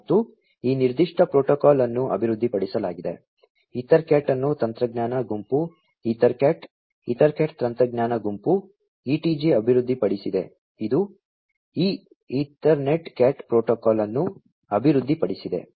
ಮತ್ತು ಈ ನಿರ್ದಿಷ್ಟ ಪ್ರೋಟೋಕಾಲ್ ಅನ್ನು ಅಭಿವೃದ್ಧಿಪಡಿಸಲಾಗಿದೆ EtherCAT ಅನ್ನು ತಂತ್ರಜ್ಞಾನ ಗುಂಪು EtherCat EtherCAT ತಂತ್ರಜ್ಞಾನ ಗುಂಪು ETG ಅಭಿವೃದ್ಧಿಪಡಿಸಿದೆ ಇದು ಈ ಎತರ್ನೆಟ್ CAT ಪ್ರೋಟೋಕಾಲ್ ಅನ್ನು ಅಭಿವೃದ್ಧಿಪಡಿಸಿದೆ